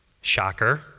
Shocker